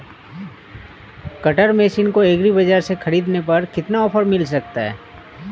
Cutter machine को agri बाजार से ख़रीदने पर कितना ऑफर मिल सकता है?